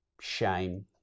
shame